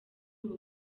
ubu